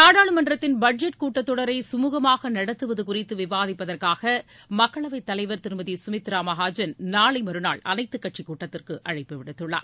நாடாளுமன்றத்தின் பட்ஜெட் கூட்டத் தொடரை குழுகமாக நடத்துவது குறித்து விவாதிப்பதற்காக மக்களவைத் தலைவர் திருமதி சுமித்ரா மஹாஜன் நாளை மறுநாள் அனைத்துக் கட்சிக் கூட்டத்திற்கு அழைப்பு விடுத்துள்ளார்